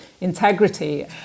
integrity